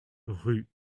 rue